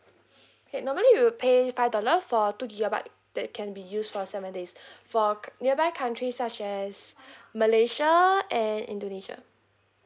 okay normally you'll pay five dollar for two gigabyte that can be used for seven days for nearby country such as malaysia and indonesia